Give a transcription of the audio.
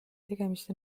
tegemist